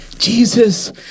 Jesus